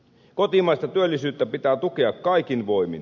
kotimaista työllisyyttä pitää tukea kaikin voimin